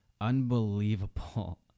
unbelievable